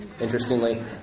interestingly